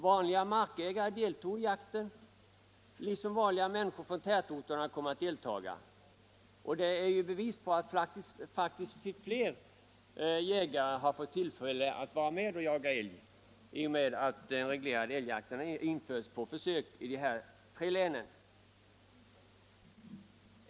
Vanliga markägare deltog i jakten liksom vanliga människor från tätorterna. Faktiskt har fler jägare fått tillfälle att vara med och jaga älg i och med att den reglerade älgjakten infördes.